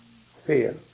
fear